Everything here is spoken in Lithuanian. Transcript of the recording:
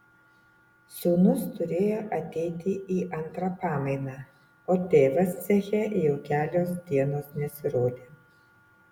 sūnus turėjo ateiti į antrą pamainą o tėvas ceche jau kelios dienos nesirodė